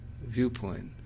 viewpoint